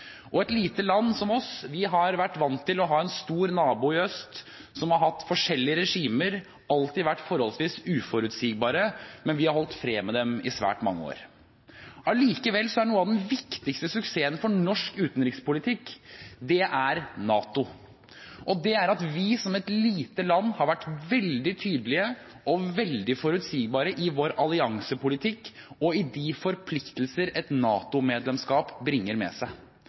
Et lite land som oss har vært vant til å ha en stor nabo i øst, som har hatt forskjellige regimer og alltid har vært forholdsvis uforutsigbar, men vi har holdt fred med dem i svært mange år. Allikevel er noe av den viktigste suksessen for norsk utenrikspolitikk NATO. Det er at vi, som et lite land, har vært veldig tydelige og veldig forutsigbare i vår alliansepolitikk og i de forpliktelser et NATO-medlemskap bringer med seg.